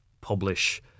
publish